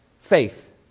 Faith